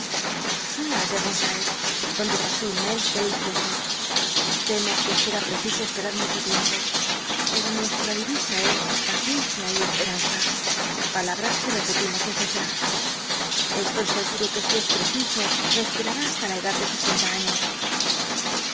de onohire donde pasé un mes delicioso temo iuc sci'tt preciso esperar mucho tiempo pero nuestra divisa es u paciencia y espe anza palabras que repetimos si n cesar estoy seguro que si es preciso me esperará hasta la edad de sesenta años